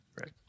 right